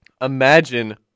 Imagine